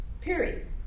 Period